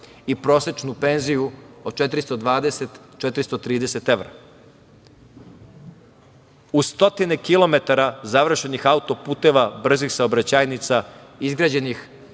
i prosečnu penziju od 420, 430 evra, uz stotine kilometara završenih autoputeva, brzih saobraćajnica, izgrađenih